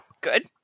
Good